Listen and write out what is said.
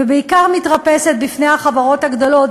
ובעיקר מתרפסת בפני החברות הגדולות.